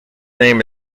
name